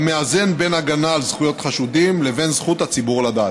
המאזן בין הגנה על זכויות חשודים לבין זכות הציבור לדעת.